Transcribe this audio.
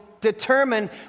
determine